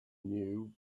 knew